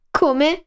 come